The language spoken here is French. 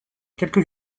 quelques